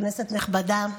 כנסת נכבדה,